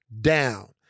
down